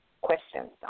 questions